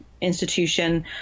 institution